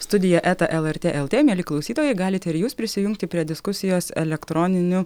studija eta lrt lt mieli klausytojai galite ir jus prisijungti prie diskusijos elektroniniu